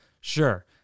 sure